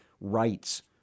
rights